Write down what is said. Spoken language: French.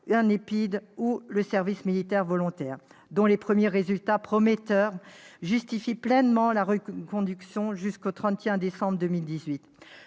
l'EPIDE, ou le service militaire volontaire, dont les premiers résultats prometteurs justifient pleinement la reconduction jusqu'au 31 décembre 2018.